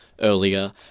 earlier